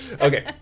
Okay